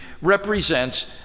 represents